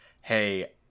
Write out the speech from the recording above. hey